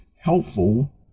helpful